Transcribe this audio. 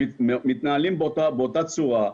מתנהלים באותה צורה.